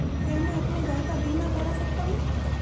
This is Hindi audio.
क्या मैं अपने घर का बीमा करा सकता हूँ?